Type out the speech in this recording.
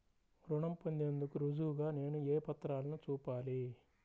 రుణం పొందేందుకు రుజువుగా నేను ఏ పత్రాలను చూపాలి?